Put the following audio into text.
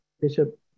Bishop